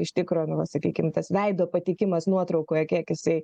iš tikro nu va sakykim tas veido patikimas nuotraukoj kiek jisai